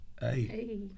Hey